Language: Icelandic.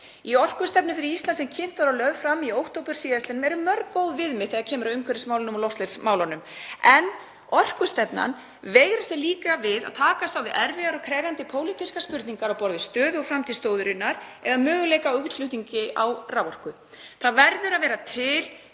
Í orkustefnu fyrir Ísland, sem kynnt var og lögð fram í október síðastliðnum, eru mörg góð viðmið þegar kemur að umhverfismálunum og loftslagsmálunum, en orkustefnan veigrar sér líka við að takast á við erfiðar og krefjandi pólitískar spurningar á borð við stöðu og framtíð stóriðjunnar eða möguleika á útflutningi á raforku. Það verður að vera til